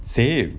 same